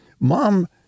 Mom